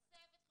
כל צוות החינוך,